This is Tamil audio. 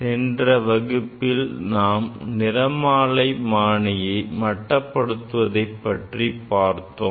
சென்ற வகுப்பில் நாம் நிறமாலைமானியை மட்டப்படுத்துவதை பற்றி பார்த்தோம்